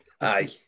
Aye